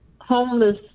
homeless